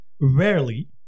Rarely